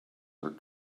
are